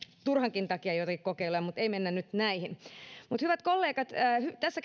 turhankin takia joitakin kokeiluja mutta ei mennä nyt näihin hyvät kollegat tässä